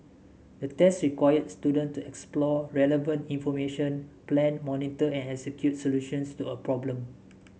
the test required student to explore relevant information plan monitor and execute solutions to a problem